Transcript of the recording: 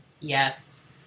Yes